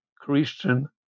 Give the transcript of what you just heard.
Christian